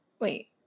Wait